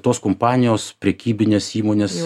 tos kompanijos prekybinės įmonės